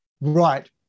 Right